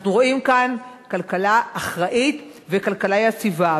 אנחנו רואים כאן כלכלה אחראית וכלכלה יציבה.